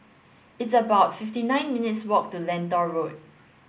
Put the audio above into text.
it's about fifty nine minutes' walk to Lentor Road